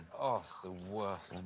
the worst.